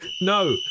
No